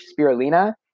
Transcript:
spirulina